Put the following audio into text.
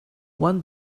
one